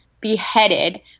beheaded